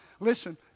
Listen